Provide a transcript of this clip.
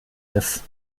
ist